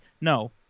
No